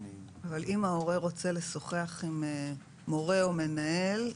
אבל אם ההורה רוצה לשוחח עם מורה או עם המנהל,